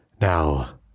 Now